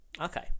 okay